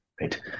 right